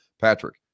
Patrick